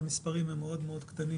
המספרים הם קטנים,